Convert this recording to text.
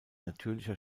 natürlicher